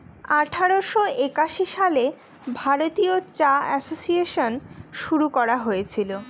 আঠারোশো একাশি সালে ভারতীয় চা এসোসিয়েসন শুরু করা হয়েছিল